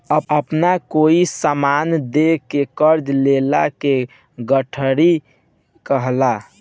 आपन कोई समान दे के कर्जा लेला के गारंटी कहला